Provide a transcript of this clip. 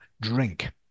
drink